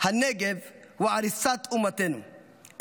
"הנגב הוא עריסת אומתנו,